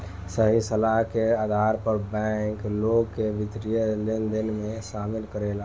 सही सलाह के आधार पर बैंक, लोग के वित्तीय लेनदेन में शामिल करेला